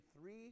three